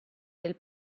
del